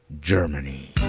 Germany